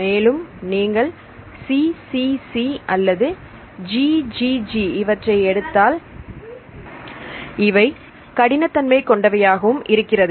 மேலும் நீங்கள் CCC அல்லது GGG இவற்றை எடுத்தால் இவை கடின தன்மை கொண்டவையாகவும் இருக்கிறது